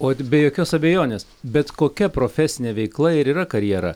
ot be jokios abejonės bet kokia profesinė veikla ir yra karjera